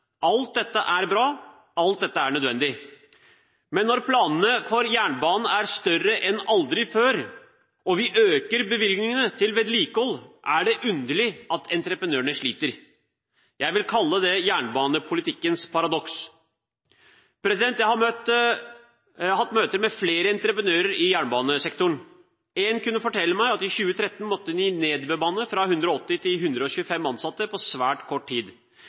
Alt dette er bra. Alt dette er nødvendig. Men når planene for jernbanen aldri har vært større, og vi øker bevilgningene til vedlikehold, er det underlig at entreprenørene sliter. Jeg vil kalle det jernbanepolitikkens paradoks. Jeg har hatt møter med flere entreprenører i jernbanesektoren. Én kunne fortelle meg at i 2013 måtte de nedbemanne fra 180 til 125 ansatte på svært kort tid.